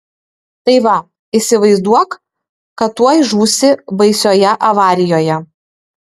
tai va įsivaizduok kad tuoj žūsi baisioje avarijoje